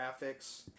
Graphics